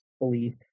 belief